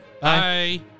Bye